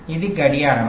ఇది గడియారం